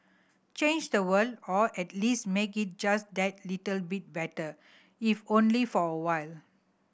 change the world or at least make it just that little bit better if only for a while